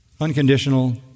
unconditional